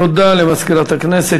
תודה למזכירת הכנסת.